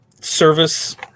service